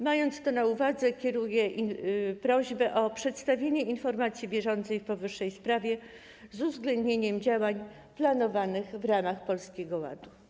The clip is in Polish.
Mając to na uwadze, kieruję prośbę o przedstawienie informacji bieżącej w powyższej sprawie, z uwzględnieniem działań planowanych w ramach Polskiego Ładu.